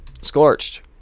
Scorched